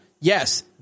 Yes